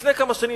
לפני כמה שנים,